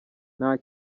nta